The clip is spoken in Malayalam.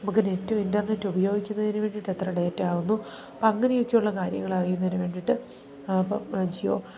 നമുക്ക് നെറ്റും ഇൻ്റർനെറ്റ് ഉപയോഗിക്കുന്നതിന് വേണ്ടിയിട്ടെത്ര ഡേറ്റ ആവുന്നു അപ്പോൾ അങ്ങനെയൊക്കെയുള്ള കാര്യങ്ങൾ അറിയുന്നതിന് വേണ്ടിയിട്ട് അപ്പം ജിയോ